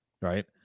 right